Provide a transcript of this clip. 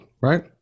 right